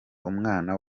umwana